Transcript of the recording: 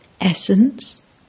Essence